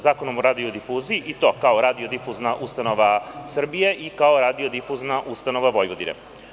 Zakonom o radiodifuziji, i to kao radiodifuzna ustanova Srbije i kao radiodifuzna ustanova Vojvodine.